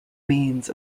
means